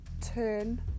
Turn